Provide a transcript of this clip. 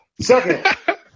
Second